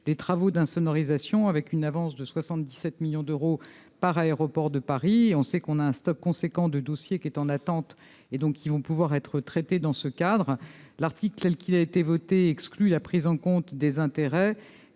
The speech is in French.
les travaux d'insonorisation, avec une avance de 77 millions d'euros par aéroports de Paris, on sait qu'on a un stock conséquent de dossiers qui est en attente, et donc ils vont pouvoir être dans ce cadre, l'article L qu'il a été voté, exclut la prise en compte des intérêts